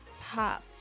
pop